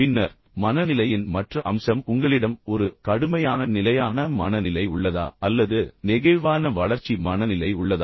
பின்னர் மனநிலையின் மற்ற அம்சம் உங்களிடம் ஒரு கடுமையான நிலையான மனநிலை உள்ளதா அல்லது நெகிழ்வான வளர்ச்சி மனநிலை உள்ளதா